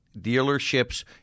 dealerships